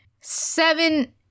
seven